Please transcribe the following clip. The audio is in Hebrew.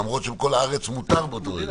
למרות שבכל הארץ מותר באותו רגע.